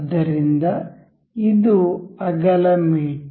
ಆದ್ದರಿಂದ ಇದು ಅಗಲ ಮೇಟ್